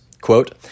Quote